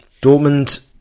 Dortmund